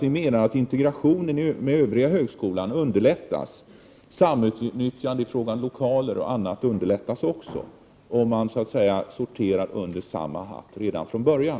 Vi menar att integrationen med den övriga högskolan underlättas, liksom samutnyttjande av lokaler och annat, om man så att säga sorterar under samma hatt redan från början.